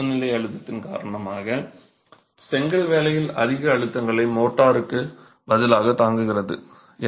பல அச்சு நிலை அழுத்தத்தின் காரணமாக செங்கல் வேலையில் அதிக அழுத்தங்களை மோர்டாருக்கு பதிலாக தாங்குகிறது